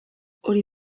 hori